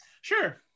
sure